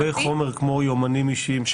לגבי חומר כמו יומנים אישיים,